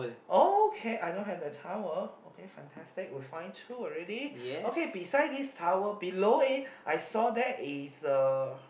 okay I don't have that towel okay fantastic we find two already okay beside this towel below it I saw that is a